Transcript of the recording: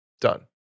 Done